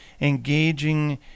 engaging